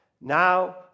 Now